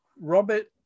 Robert